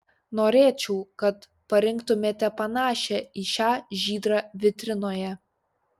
norėčiau kad parinktumėte panašią į šią žydrą vitrinoje